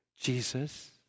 Jesus